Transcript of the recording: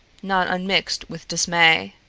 not unmixed with dismay.